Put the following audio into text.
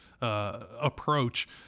approach